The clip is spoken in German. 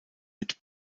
mit